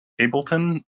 Ableton